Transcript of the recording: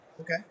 Okay